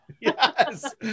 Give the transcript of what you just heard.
Yes